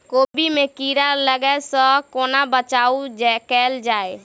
कोबी मे कीड़ा लागै सअ कोना बचाऊ कैल जाएँ?